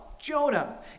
Jonah